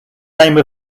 name